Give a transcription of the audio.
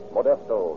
Modesto